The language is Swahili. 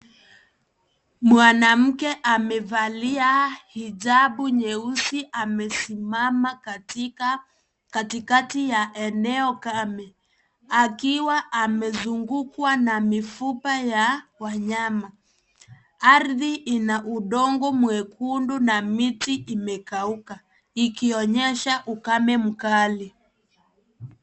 Mwanamke amevalia hijabu nyeusi amesimama katikati ya eneo kame akiwa amezungukwa na mifupa ya wanyama. Ardhi ina udongo mwekundu na miti imekauaka ikionyesha ukame mkali.